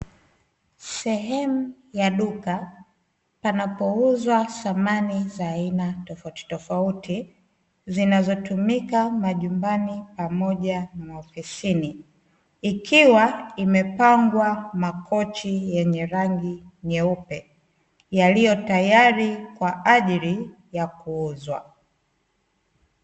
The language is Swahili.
Sehemu ya duka panapouzwa thamani za aina tofauti tofauti, zinazotumika manyumbani pamoja na maofisini, ikiwa imepangwa makochi yenye rangi nyeupe yaliyo tayari kwa ajili ya kuuzwa.